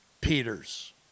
Peter's